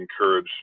encourage